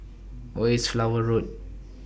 Where IS Flower Road